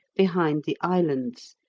behind the islands,